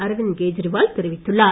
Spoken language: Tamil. அரவிந்த் கேஜரிவால் தெரிவித்தார்